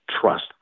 trust